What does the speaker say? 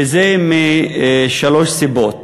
וזה משלוש סיבות